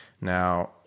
Now